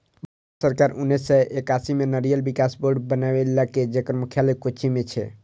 भारत सरकार उन्नेस सय एकासी मे नारियल विकास बोर्ड बनेलकै, जेकर मुख्यालय कोच्चि मे छै